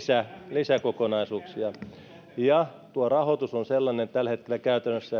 lisäkokonaisuuksia tuo rahoitus on tällä hetkellä käytännössä